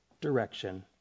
direction